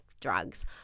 drugs